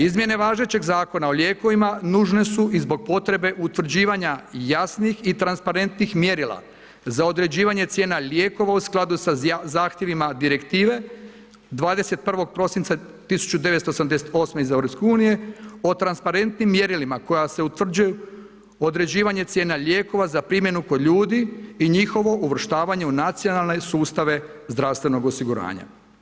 Izmjene važećeg Zakona o lijekovima nužne su i zbog potrebe utvrđivanja jasnih i transparentnih mjerila za određivanje cijena lijekova u skladu sa zahtjevima Direktive 21. prosinca 1988. iz EU o transparentnim mjerilima koja se utvrđuju određivanje cijena lijekova za primjenu kod ljudi i njihovo uvrštavanje u nacionalne sustave zdravstvenog osiguranja.